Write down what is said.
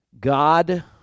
God